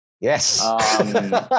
Yes